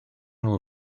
nhw